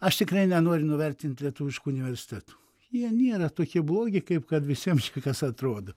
aš tikrai nenoriu nuvertint lietuviškų universitetų jie nėra tokie blogi kaip kad visiems kas atrodo